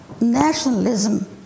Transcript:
nationalism